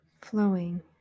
Flowing